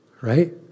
right